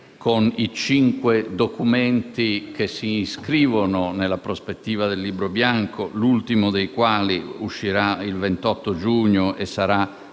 e i cinque documenti che si inscrivono nella prospettiva del Libro bianco (l'ultimo dei quali uscirà il prossimo 28 giugno e sarà